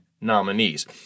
nominees